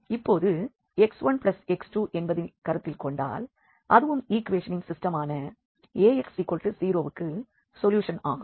எனவே இப்போது x1x2 என்பதைக் கருத்தில் கொண்டால் அதுவும் ஈக்வேஷனின் சிஸ்டமான Ax0க்கு சொல்யூஷன் ஆகும்